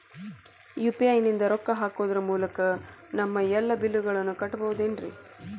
UPI ನಿಂದ ರೊಕ್ಕ ಹಾಕೋದರ ಮೂಲಕ ನಮ್ಮ ಎಲ್ಲ ಬಿಲ್ಲುಗಳನ್ನ ಕಟ್ಟಬಹುದೇನ್ರಿ?